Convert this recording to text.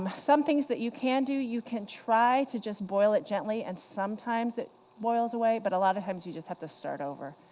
um some things that you can do, you can try to just boil it gently, and sometimes it boils away. but a lot of times you just have to start over.